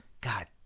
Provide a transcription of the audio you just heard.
God